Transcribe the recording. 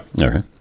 Okay